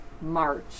March